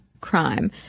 crime